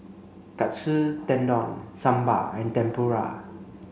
Katsu Tendon Sambar and Tempura